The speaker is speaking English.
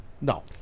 No